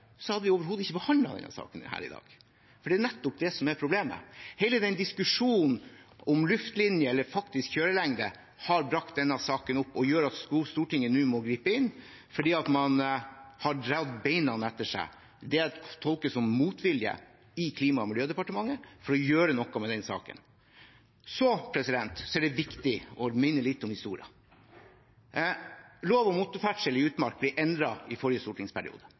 hadde vi overhodet ikke behandlet denne saken i dag, for det er nettopp det som er problemet. Hele diskusjonen om luftlinje eller faktisk kjørelengde har brakt denne saken opp og gjør at Stortinget nå må gripe inn fordi man har dratt beina etter seg – det jeg tolker som motvilje i Klima- og miljødepartementet mot å gjøre noe med denne saken. Det er viktig å minne litt om historien. Lov om motorferdsel i utmark ble endret i forrige stortingsperiode.